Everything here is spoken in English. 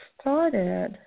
started